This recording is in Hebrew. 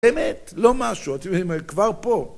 באמת, לא משהו, כבר פה.